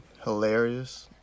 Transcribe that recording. hilarious